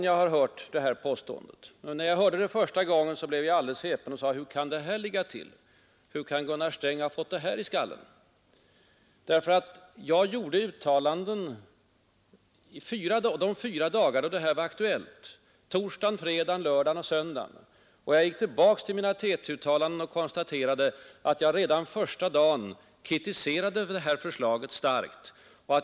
Jag har hört det påståendet tidigare. När jag hörde det första gången blev jag alldeles häpen och frågade: Hur kan det här ligga till? Hur kan Gunnar Sträng ha fått det här i skallen? Jag gjorde ju uttalanden de fyra dagar då detta var aktuellt, nämligen torsdag, fredag, lördag och söndag. Jag har gått tillbaka till mina TT-uttalanden och konstaterat att jag redan den första dagen starkt kritiserade förslaget.